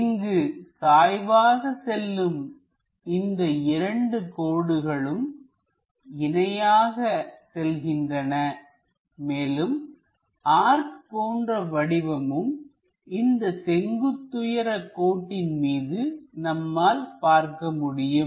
இங்கு சாய்வாக செல்லும் இந்த இரண்டு கோடுகளும் இணையாக செல்கின்றன மேலும் ஆர்க் போன்ற வடிவமும் இந்த செங்குத்துயர கோட்டின் மீது நம்மால் பார்க்க முடியும்